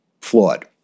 flawed